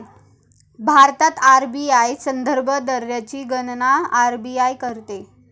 भारतात आर.बी.आय संदर्भ दरची गणना आर.बी.आय करते